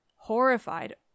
Horrified